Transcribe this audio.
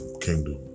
kingdom